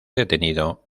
detenido